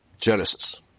Genesis